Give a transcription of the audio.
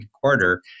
quarter